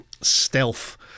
stealth